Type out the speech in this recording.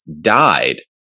died